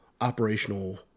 operational